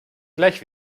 gleich